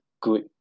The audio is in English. good